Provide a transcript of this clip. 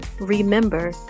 remember